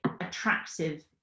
attractive